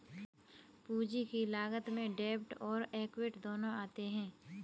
पूंजी की लागत में डेब्ट और एक्विट दोनों आते हैं